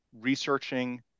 researching